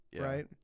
right